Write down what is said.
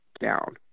down